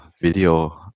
video